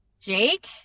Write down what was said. Jake